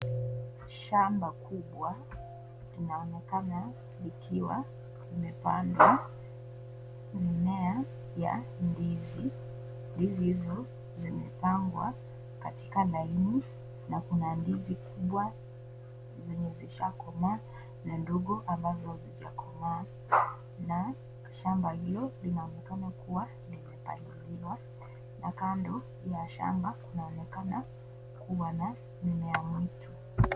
Shamba kubwa linaonekana likiwa limepandwa mimea ya ndizi ,ndizi hizo zimepangwa katika laini na kuna ndizi kubwa zishakomaa na ndogo ambazo hazijakomaa na shamba hilo linaonekana kuwa limepaririwa na kando ya shamba kunaonekana kuwa na mmea mwitu.